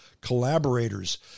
collaborators